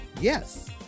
Yes